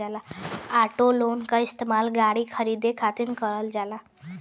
auto loan क इस्तेमाल गाड़ी खरीदे खातिर करल जाला